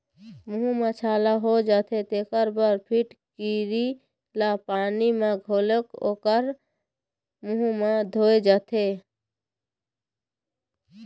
मूंह म छाला हो जाथे तेखर बर फिटकिरी ल पानी म घोलके ओखर मूंह ल धोए जाथे